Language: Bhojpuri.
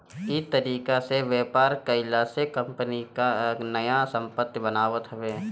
इ तरीका से व्यापार कईला से कंपनी नया संपत्ति बनावत हवे